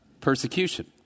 Persecution